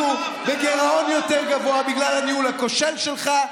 אנחנו בגירעון יותר גבוה בגלל הניהול הכושל שלך.